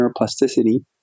neuroplasticity